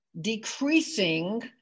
decreasing